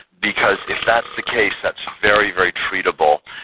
because if that's the case, that's very, very treatable.